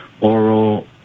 oral